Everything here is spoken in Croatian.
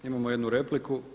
Imamo jednu repliku.